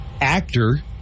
actor